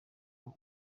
ngo